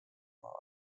maa